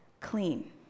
clean